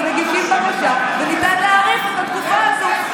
אז מגישים בקשה וניתן להאריך את התקופה הזו.